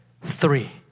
Three